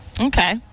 Okay